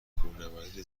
کوهنوردی